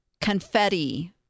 confetti